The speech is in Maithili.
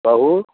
कहू